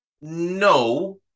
No